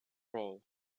role